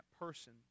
person